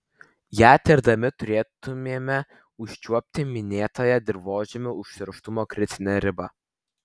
ją tirdami turėtumėme užčiuopti minėtąją dirvožemio užterštumo kritinę ribą